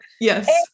Yes